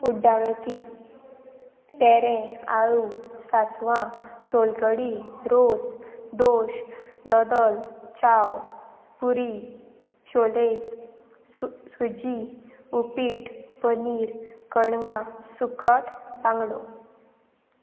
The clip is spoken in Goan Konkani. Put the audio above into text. उड्डामेती तेरें आळू सांसवां सोलकडी रोस दोश दोदोल चाव पुरी शोले सो सुजी उपीट पनीर कणगां सुको बांगडो